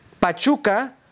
Pachuca